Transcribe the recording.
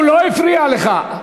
הוא לא הפריע לך.